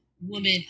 woman